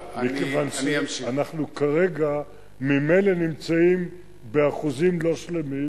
מכיוון שאנחנו כרגע ממילא נמצאים באחוזים לא שלמים,